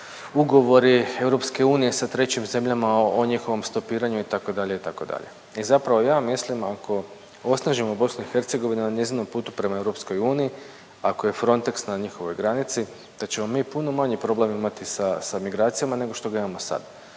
ugovori EU sa trećim zemljama o njihovom stopiranju itd., itd. i zapravo ja mislim ako osnažimo BiH na njezinom putu prema EU, ako je Frontex na njihovoj granici da ćemo mi puno manji problem imati sa, sa migracijama nego što ga imamo sad